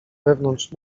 wewnątrz